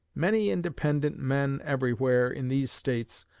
many independent men everywhere in these states,